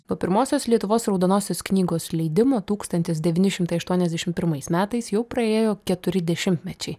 po pirmosios lietuvos raudonosios knygos leidimo tūkstantis devyni šimtai aštuoniasdešimt pirmais metais jau praėjo keturi dešimtmečiai